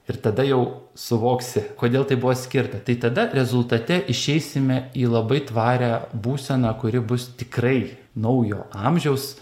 ir tada jau suvoksi kodėl tai buvo skirta tai tada rezultate išeisime į labai tvarią būseną kuri bus tikrai naujo amžiaus